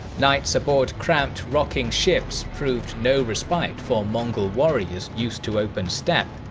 nights aboard cramped, rocking ships proved no respite for mongol warriors used to open steppe,